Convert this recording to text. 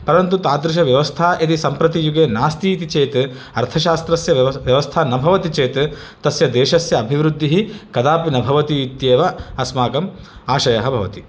परन्तु तादृशव्यवस्था यदि सम्प्रतियुगे नास्ति इति चेत् अर्थशास्त्रस्य व्यवस् व्यवस्था न भवति चेत् तस्य देशस्य अभिवृद्धिः कदापि न भवति इत्येव अस्माकम् आशयः भवति